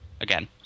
Again